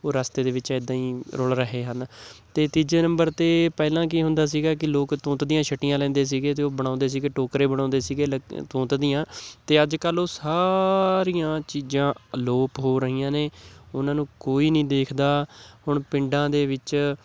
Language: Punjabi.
ਉਹ ਰਸਤੇ ਦੇ ਵਿੱਚ ਇੱਦਾਂ ਹੀ ਰੁਲ ਰਹੇ ਹਨ ਅਤੇ ਤੀਜੇ ਨੰਬਰ 'ਤੇ ਪਹਿਲਾਂ ਕੀ ਹੁੰਦਾ ਸੀਗਾ ਕਿ ਲੋਕ ਤੂਤ ਦੀਆਂ ਛੀਟੀਆਂ ਲੈਂਦੇ ਸੀਗੇ ਅਤੇ ਉਹ ਬਣਾਉਂਦੇ ਸੀਗੇ ਟੋਕਰੇ ਬਣਾਉਂਦੇ ਸੀਗੇ ਤੂਤ ਦੀਆਂ ਅਤੇ ਅੱਜ ਕੱਲ੍ਹ ਉਹ ਸਾਰੀਆਂ ਚੀਜ਼ਾਂ ਅਲੋਪ ਹੋ ਰਹੀਆਂ ਨੇ ਉਹਨਾਂ ਨੂੰ ਕੋਈ ਨਹੀਂ ਦੇਖਦਾ ਹੁਣ ਪਿੰਡਾਂ ਦੇ ਵਿੱਚ